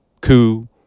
coo